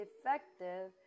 effective